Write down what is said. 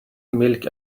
milk